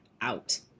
out